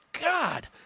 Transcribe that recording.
God